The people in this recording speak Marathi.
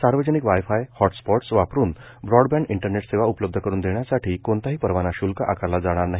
सार्वजनिक वाय फाय हॉटस्पॉट्स वापरुन ब्रॉडबँड इंटरनेट सेवा उपलब्ध करून देण्यासाठी कोणताही परवाना श्ल्क आकारला नाही